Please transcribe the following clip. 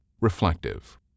Reflective